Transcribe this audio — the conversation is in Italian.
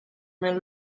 nel